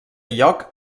lloc